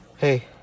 Hey